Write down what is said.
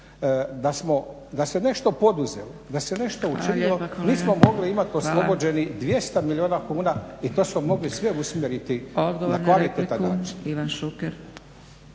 da se nešto poduzelo, da se nešto učinilo mi smo mogli imati oslobođenih 200 milijuna kuna i to smo mogli sve usmjeriti na kvalitetan